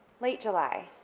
late july.